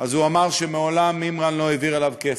הוא אמר שמעולם מימרן לא העביר אליו כסף,